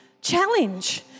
challenge